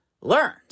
learned